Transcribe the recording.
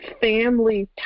family